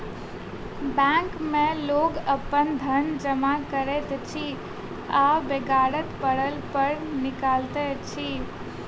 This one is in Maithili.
बैंक मे लोक अपन धन जमा करैत अछि आ बेगरता पड़ला पर निकालैत अछि